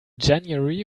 january